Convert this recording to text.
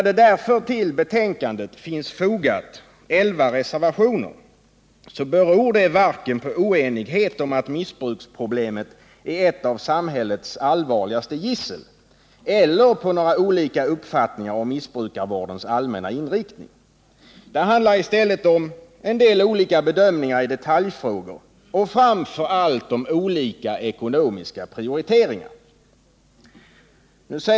Att det till betänkandet finns fogat elva reservationer beror varken på oenighet om att missbruksproblemet är ett av samhällets allvarligaste gissel eller på olika uppfattningar om missbrukarvårdens allmänna inriktning. Det handlar i stället om en del olika bedömningar i detaljfrågor och framför allt om olika ekonomiska prioriteringar.